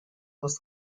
was